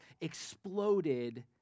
exploded